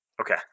Okay